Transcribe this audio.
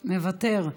מוותר,